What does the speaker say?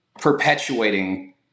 perpetuating